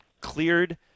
cleared –